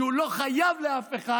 שהוא לא חייב לאף אחד,